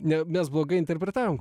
ne mes blogai interpretavom